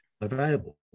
available